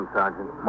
Sergeant